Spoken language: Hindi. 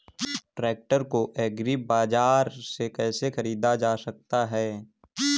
ट्रैक्टर को एग्री बाजार से कैसे ख़रीदा जा सकता हैं?